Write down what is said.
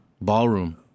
Ballroom